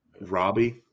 Robbie